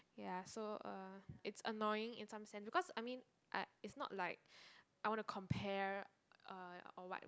yeah so uh it's annoying in some sense because I mean I it's not like I wanna compare uh or what